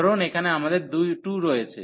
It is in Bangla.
ধরুন এখানে আমাদের 2 রয়েছে